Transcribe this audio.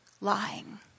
lying